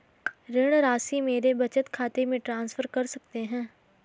ऋण राशि मेरे बचत खाते में ट्रांसफर कर सकते हैं?